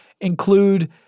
include